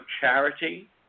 charity